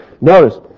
Notice